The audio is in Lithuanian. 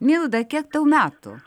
milda kiek tau metų